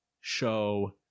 show